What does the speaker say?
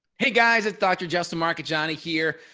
hey guys, it's dr. justin marchegiani here,